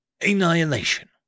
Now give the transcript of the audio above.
Annihilation